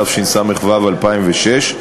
התשס"ו 2006,